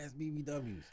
BBWs